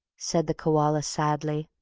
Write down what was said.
said the koala, sadly.